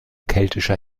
keltischer